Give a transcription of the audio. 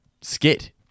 skit